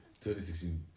2016